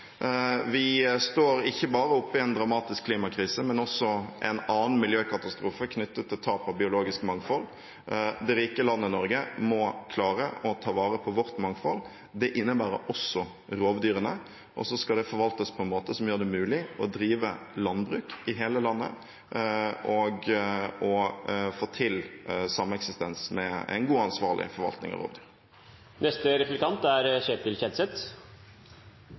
Vi står ikke bare oppe i en dramatisk klimakrise, men også i en annen miljøkatastrofe knyttet til tap av biologisk mangfold. Det rike landet Norge må klare å ta vare på vårt mangfold. Det innebærer også rovdyrene. Og så skal det forvaltes på en måte som gjør det mulig å drive landbruk i hele landet og få til sameksistens med en god og ansvarlig forvaltning av rovdyr.